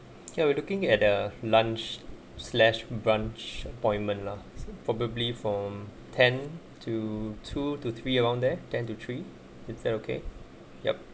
yeah we're looking at a lunch slash branch appointment lah probably from ten to two to three around there tend to three is that okay yup